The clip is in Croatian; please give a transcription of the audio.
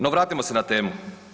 No vratimo se na temu.